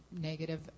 negative